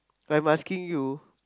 I'm asking you